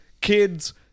kids